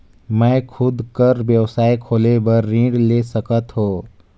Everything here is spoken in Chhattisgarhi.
कौन मैं खुद कर व्यवसाय खोले बर ऋण ले सकत हो?